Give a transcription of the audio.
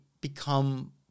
become